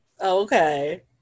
okay